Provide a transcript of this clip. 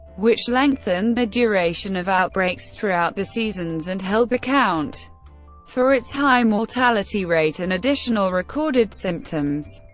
which lengthen the duration of outbreaks throughout the seasons and help account for its high mortality rate and additional recorded symptoms.